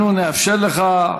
אנחנו נאפשר לך,